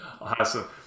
Awesome